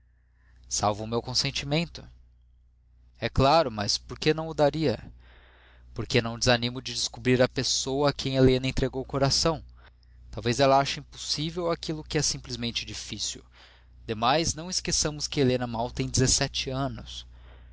salvo o meu consentimento é claro mas por que o não daria porque não desanimo de descobrir a pessoa a quem helena entregou o coração talvez ela ache impossível aquilo que é simplesmente difícil demais não esqueçamos que helena mal tem dezessete anos